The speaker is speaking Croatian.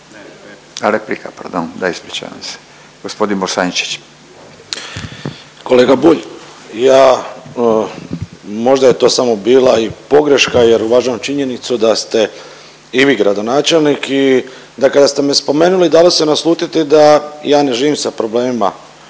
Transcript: A replika, pardon, da, ispričavam se, g. Bosančić. **Bosančić, Ivan (HDZ)** Kolega Bulj, ja, možda je to samo bila i pogreška jer uvažavam činjenicu da ste i vi gradonačelnik i da kada ste me spomenuli dalo se naslutiti da ja ne živim sa problemima